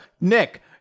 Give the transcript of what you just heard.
nick